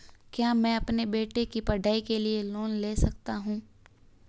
क्या मैं अपने बेटे की पढ़ाई के लिए लोंन ले सकता हूं?